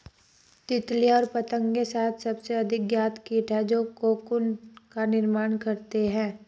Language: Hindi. तितलियाँ और पतंगे शायद सबसे अधिक ज्ञात कीट हैं जो कोकून का निर्माण करते हैं